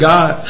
God